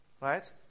right